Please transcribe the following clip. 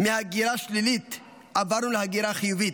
מהגירה שלילית עברנו להגירה חיובית.